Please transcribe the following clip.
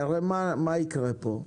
הרי מה יקרה פה,